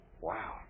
Wow